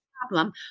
problem